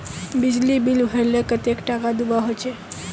बिजली बिल भरले कतेक टाका दूबा होचे?